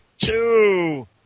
two